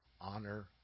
honor